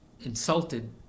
insulted